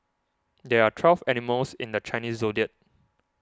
there are twelve animals in the Chinese zodiac